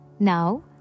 Now